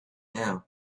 now